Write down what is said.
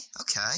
okay